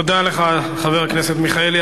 תודה לך, חבר הכנסת מיכאלי.